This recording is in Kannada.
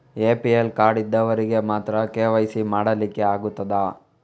ಎ.ಪಿ.ಎಲ್ ಕಾರ್ಡ್ ಇದ್ದವರಿಗೆ ಮಾತ್ರ ಕೆ.ವೈ.ಸಿ ಮಾಡಲಿಕ್ಕೆ ಆಗುತ್ತದಾ?